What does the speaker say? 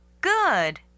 Good